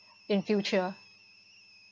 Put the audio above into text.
in future